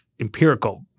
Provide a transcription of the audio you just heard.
empirical